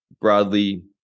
broadly